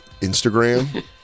Instagram